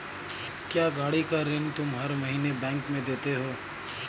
क्या, गाड़ी का ऋण तुम हर महीने बैंक में देते हो?